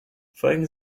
folgen